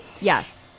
Yes